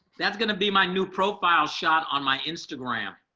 that's gonna be my new profile shot on my instagram.